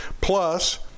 plus